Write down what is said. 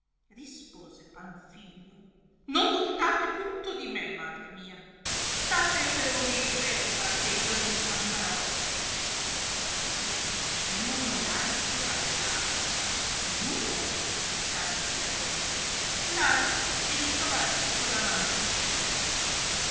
rispose panfilio non dubitate punto di me madre mia state pur voi ferma eh io non vi mancarò e tuttavia l'uno e l'altro rabbia va l'uno di grattarsi la rogna l'altra di ritrovarsi coli amante suo